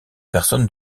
personnes